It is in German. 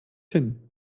hin